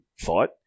thought